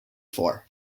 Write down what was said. four